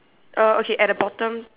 uh okay at the bottom